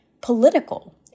political